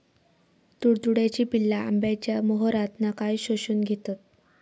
तुडतुड्याची पिल्ला आंब्याच्या मोहरातना काय शोशून घेतत?